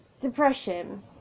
Depression